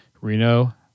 Reno